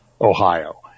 Ohio